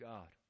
God